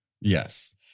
Yes